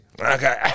Okay